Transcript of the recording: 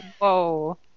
Whoa